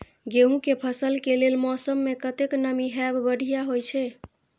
गेंहू के फसल के लेल मौसम में कतेक नमी हैब बढ़िया होए छै?